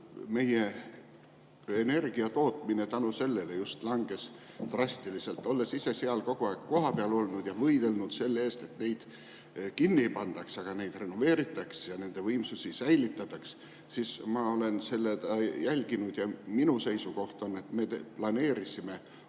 ja meie energiatootmine seetõttu langes drastiliselt? Olles ise seal kogu aeg kohapeal olnud ja võidelnud selle eest, et neid kinni ei pandaks, et neid renoveeritaks ja neid võimsusi säilitataks, olen ma seda jälginud. Minu seisukoht on, et me planeerisime